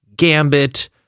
gambit